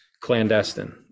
clandestine